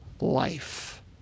life